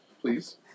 please